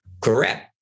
correct